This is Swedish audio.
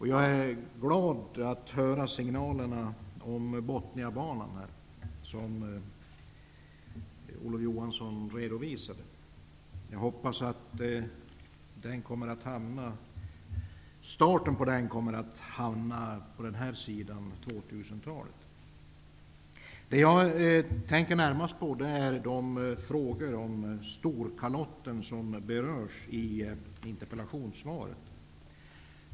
Jag är glad att höra de signaler om Botniabanan som Olof Johansson redovisade, nämligen att byggstarten kommer att hamna på den här sidan av år 2000. Jag tänkte dock närmast på de frågor om Storkalotten som berörs i interpellationssvaret.